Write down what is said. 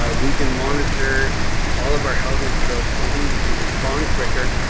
ah we can monitor all of our housing, throat, city. we can respond quicker.